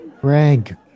Greg